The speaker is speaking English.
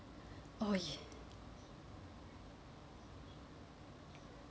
oh yeah